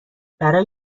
برای